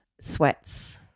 sweats